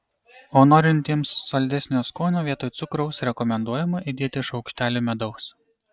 o norintiems saldesnio skonio vietoj cukraus rekomenduojama įdėti šaukštelį medaus